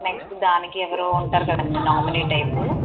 next దానికి ఎవరో ఉంటారు కదండి నామినీ టైప్